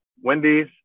Wendy's